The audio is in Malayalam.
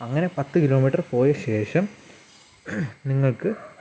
അങ്ങനെ പത്ത് കിലോ മീറ്റർ പോയ ശേഷം നിങ്ങൾക്ക്